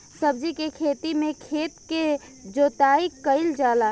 सब्जी के खेती में खेत के जोताई कईल जाला